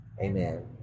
Amen